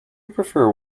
prefer